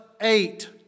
eight